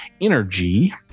energy